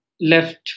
left